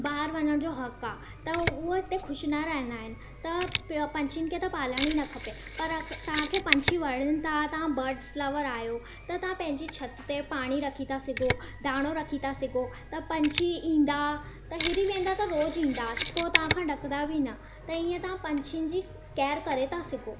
ॿाहिरि वञण जो हक़ु आहे त उहो इते ख़ुशि न रहंदा आहिनि त पंछियुनि खे त पालणु ई न खपे पर तव्हां खे पंछी वणनि था तव्हां बड्स लवर आयो त तव्हां पंहिंजी छति ते पाणी रखी था सघंदा आहियो दाणो रखी था सघो त पंछी ईंदा त हिरी वेंदा त रोज़ु ईंदा पोइ तव्हांखां ॾकंदा बि न त इअं तव्हां पंछियुनि जी केयर करे था सघो